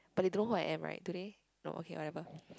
but they don't know who I am right do they no okay whatever